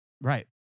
Right